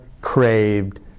craved